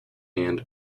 hand